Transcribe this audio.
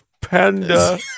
panda